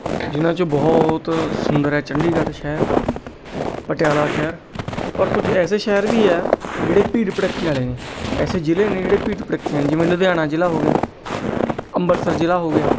ਜਿਨ੍ਹਾਂ 'ਚੋਂ ਬਹੁਤ ਸੁੰਦਰ ਹੈ ਚੰਡੀਗੜ੍ਹ ਸ਼ਹਿਰ ਪਟਿਆਲਾ ਸ਼ਹਿਰ ਔਰ ਕੁਝ ਐਸੇ ਸ਼ਹਿਰ ਵੀ ਆ ਜਿਹੜੇ ਭੀੜ ਭੜੱਕੇ ਵਾਲੇ ਨੇ ਐਸੇ ਜ਼ਿਲ੍ਹੇ ਨੇ ਜਿਹੜੇ ਭੀੜ ਭੜੱਕੇ ਨੇ ਜਿਵੇਂ ਲੁਧਿਆਣਾ ਜ਼ਿਲ੍ਹਾ ਹੋ ਗਿਆ ਅੰਬਰਸਰ ਜ਼ਿਲ੍ਹਾ ਹੋ ਗਿਆ